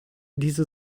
diese